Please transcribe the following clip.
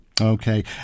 Okay